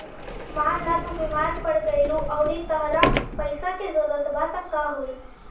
मान ल तू बीमार पड़ गइलू अउरी तहरा पइसा के जरूरत बा त का होइ